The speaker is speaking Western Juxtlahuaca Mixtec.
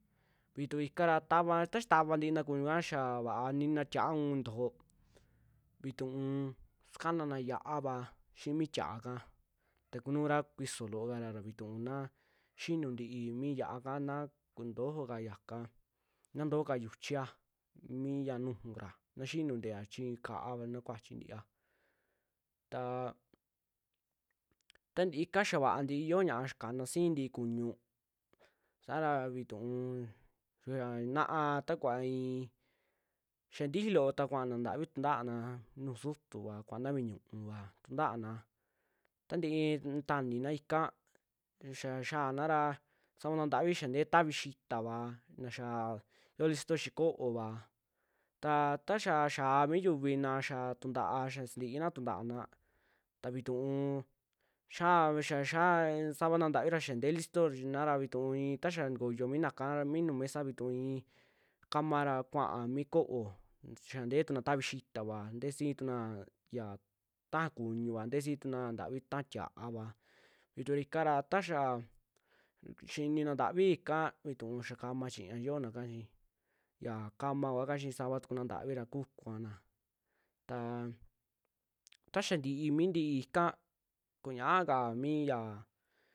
Vituu inka ra tavaa, ta xaa taxaa ntina kuñuka ra xia vaa nina ti'a uun nintojo, vituu sakanan xi'iava xii mi tia'aka, ta kunuura kuisoo loo kara ra vituu naa xinuu ntii mi xi'aka naa kuntojo ka yaka, naa ntojo ka xiuchia mii yaa nujura na xinuu ntia chii kaava na kuachi ntiia, taa tanti ika xaa vaa ntii yoo ñia'a ya kana sii ntii kuñu sara vituu xiaa na'a takuva i'in, xaa ntijii loo ta kuaana ntavi tunta'ana nuju su'utuva, kaana ve'e ñu'uva tuntaana tantii ntaani ika xiaa xia'anara savana ntavi xia ntee tavi xitava, naa xia yoo listo xi'i koova, ta taxaa xiaa mi yuvi na xaa tunta'a xaa sintiina tunta'ana, taa vituu xia- xav xia savana ntavi ra xaa nte'e listoona ra vituu i'i taxa ntukoyo mina ka, minu mesa vituu i'i kamra kua'a mi koó xia ntee tuna tavi xitava, ntee sii tuna ya taja kuñuva, ntee sii tuna ntavi taja tiaava vituu ikara tayaa xinina ntavii ka vituu ya kama chiña yoona chi, ya kama kua kaa chi savana ntavi ra kukuana taa taxa ntii mi ti ika kuñaka mi yaa.